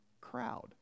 crowd